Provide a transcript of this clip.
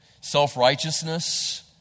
self-righteousness